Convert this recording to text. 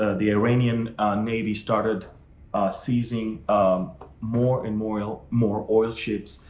ah the iranian navy started seizing more and more oil more oil ships.